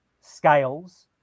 scales